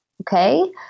okay